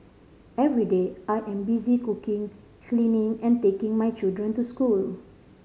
every day I am busy cooking cleaning and taking my children to school